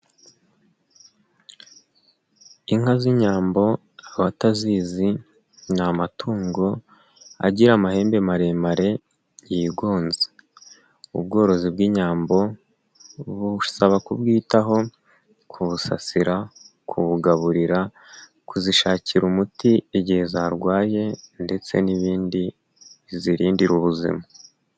Inka z'inyambo abatazizi ni amatungo agira amahembe maremare yigonze. Ubworozi bw'inyambo busaba kubwitaho kubusasira, kubugaburira kuzishakira umuti igihe zarwaye, ndetse n'ibindi bizirindira ubuzima.